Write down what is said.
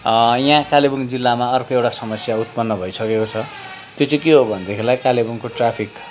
यहा कालेबुङ जिल्लामा अर्को एउटा समस्या उत्पन्न भइसकेको छ त्यो चाहिँ के हो भनेदेखिलाई कालेबुङको ट्राफिक